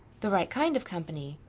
the right kind of company.